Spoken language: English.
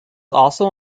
also